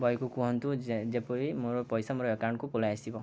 ବୟକୁ କୁହନ୍ତୁ ଯେପରି ମୋର ପଇସା ମୋର ଆକାଉଣ୍ଟକୁ ପଳେଇ ଆସିବ